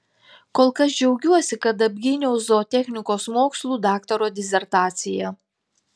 kol kas džiaugiuosi kad apgyniau zootechnikos mokslų daktaro disertaciją